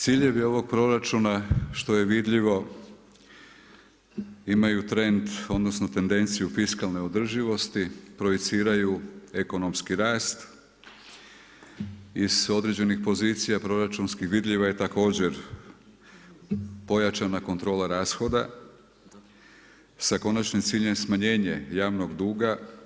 Ciljevi ovog proračuna što je vidljivo imaju trend odnosno tendenciju fiskalne održivosti, projiciraju ekonomski rast i s određenih pozicija proračunskih vidljiva je također pojačana kontrola rashoda sa konačnim ciljem smanjenje javnog duga.